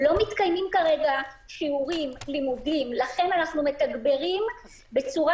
לא מתקיימים כרגע שיעורים ולימודים ולכן אנחנו מתגברים בצורה